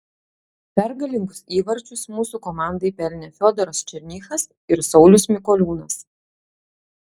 pergalingus įvarčius mūsų komandai pelnė fiodoras černychas ir saulius mikoliūnas